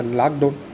lockdown